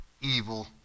evil